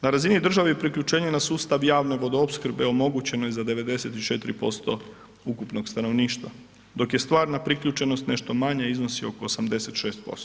Na razini države i priključenje na sustav javno vodoopskrbe omogućeno je za 94% ukupnog stanovništva, dok je stvarna priključenost nešto manja, iznosi oko 86%